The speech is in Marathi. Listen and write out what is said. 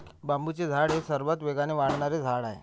बांबूचे झाड हे सर्वात वेगाने वाढणारे झाड आहे